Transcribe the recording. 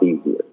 easier